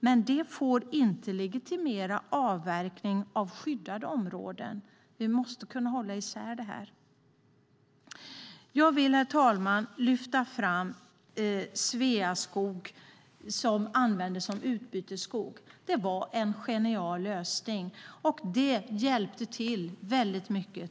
Men det får inte får legitimera avverkning av skyddade områden. Vi måste kunna hålla isär detta. Jag vill, herr talman, lyfta fram Sveaskog, som använde sig av utbytesskog. Det var en genial lösning, och det hjälpte till mycket.